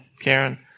Karen